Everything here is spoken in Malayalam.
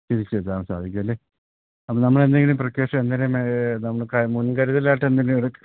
തിരിച്ചെത്താൻ സാധിക്കുമല്ലേ നമ്മൾ എന്തെങ്കിലും പ്രിക്കോഷൻ എന്തെങ്കിലും അതു നമുക്കു മുൻകരുതലായിട്ട് എന്തെങ്കിലും